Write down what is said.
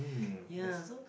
ya so